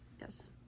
Yes